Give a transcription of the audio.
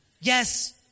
Yes